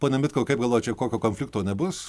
pone mitkau kaip galvojat čia kokio konflikto nebus